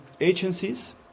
agencies